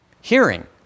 hearing